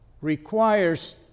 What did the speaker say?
requires